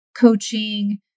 coaching